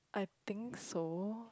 I think so